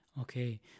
Okay